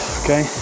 okay